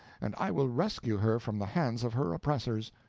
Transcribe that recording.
and i will rescue her from the hands of her oppressors.